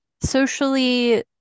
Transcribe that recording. Socially